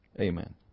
Amen